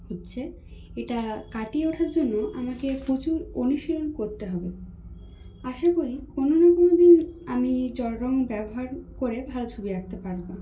হচ্ছে এটা কাটিয়ে ওঠার জন্য আমাকে প্রচুর অনুশীলন করতে হবে আশা করি কোনো না কোনো দিন আমি জলরঙ ব্যবহার করে ভালো ছবি আঁকতে পারবো